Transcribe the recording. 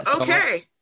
okay